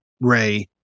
Ray